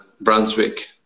Brunswick